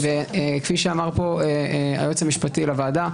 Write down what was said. וכפי שאמר פה היועץ המשפטי לוועדה,